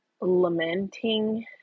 lamenting